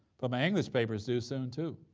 but my english paper's due soon too.